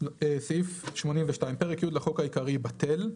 לחוק העיקרי, בטל."